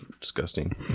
Disgusting